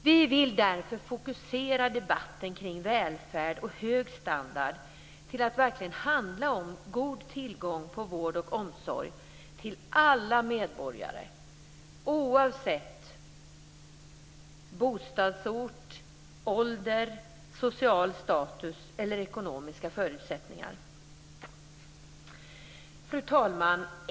Vi vill därför fokusera debatten om välfärd och hög standard till att verkligen handla om god tillgång till vård och omsorg till alla medborgare oavsett bostadsort, ålder, social status eller ekonomiska förutsättningar. Fru talman!